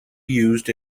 used